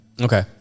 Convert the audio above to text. Okay